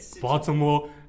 Baltimore